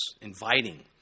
inviting